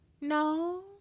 No